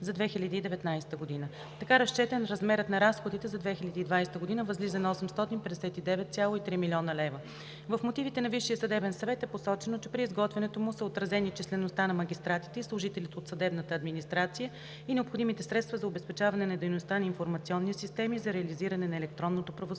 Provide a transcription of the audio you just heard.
за 2019 г. Така разчетен, размерът на разходите за 2020 г. възлиза на 859,3 млн. лв. В мотивите на Висшия съдебен съвет е посочено, че при изготвянето му са отразени числеността на магистратите и служителите от съдебната администрация и необходимите средства за обезпечаване на дейността на информационни системи за реализиране на електронното правосъдие.